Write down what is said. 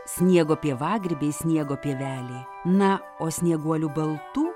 sniego pievagrybiai sniego pievelėj na o snieguolių baltų